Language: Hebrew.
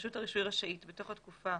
רשות הרישוי רשאית בתוך התקופה